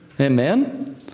Amen